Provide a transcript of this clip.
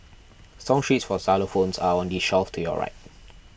song sheets for xylophones are on the shelf to your right